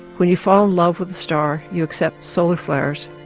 when you fall in love with a star you accept solar flares,